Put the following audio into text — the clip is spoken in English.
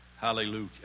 Hallelujah